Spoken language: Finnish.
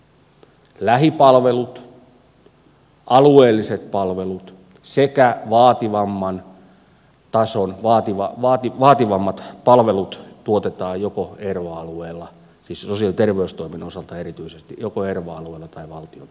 on lähipalvelut alueelliset palvelut ja vaativammat palvelut tuotetaan erityisesti sosiaali ja terveystoimen osalta joko erva alueella tai valtion toimesta